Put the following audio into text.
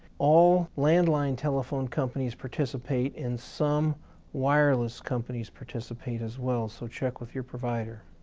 all landline telephone companies participate and some wireless companies participate as well so check with your provider.